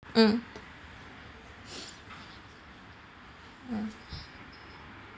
mm mm